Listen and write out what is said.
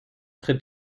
tritt